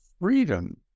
freedom